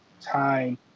time